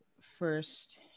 first